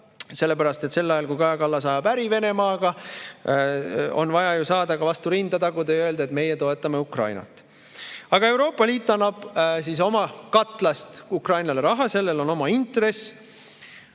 sellepärast et sel ajal, kui Kaja Kallas ajab äri Venemaaga, on vaja saada ka vastu rinda taguda ja öelda, et meie toetame Ukrainat. Aga Euroopa Liit annab oma katlast Ukrainale raha, sellel on oma intress.